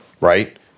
right